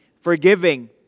forgiving